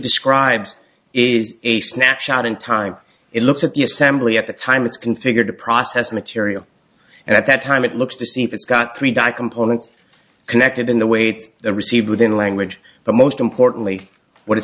describes is a snapshot in time it looks at the assembly at the time it's configured to process material and at that time it looks to see if it's got three die components connected in the weights or received within language but most importantly what i